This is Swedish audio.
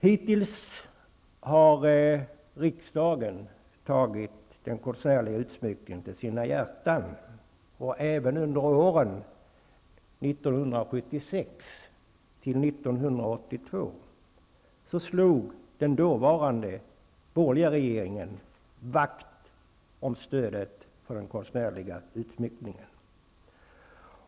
Hittills har riksdagens ledamöter tagit den konstnärliga utsmyckningen till sina hjärtan. Även under åren 1976--1982 slog den dåvarande borgerliga regeringen vakt om stödet till den konstnärliga utsmyckningen.